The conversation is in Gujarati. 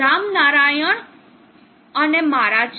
રામનરાયણન અને મારા છે